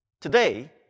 Today